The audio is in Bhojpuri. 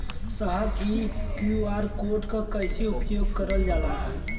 साहब इ क्यू.आर कोड के कइसे उपयोग करल जाला?